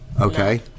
Okay